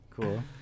Cool